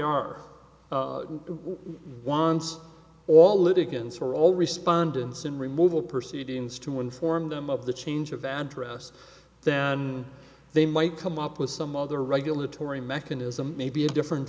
or all respondents in removal proceedings to inform them of the change of address than they might come up with some other regulatory mechanism maybe a different